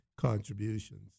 contributions